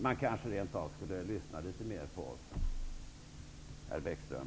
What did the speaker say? Man kanske rent av skulle lyssna litet mer på oss, herr